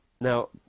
now